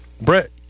Brett